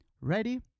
Ready